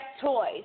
toys